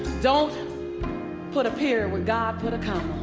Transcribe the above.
don't um put a period where god put a comma.